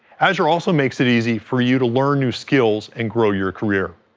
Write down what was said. azure also makes it easy for you to learn new skills and grow your career.